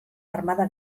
armada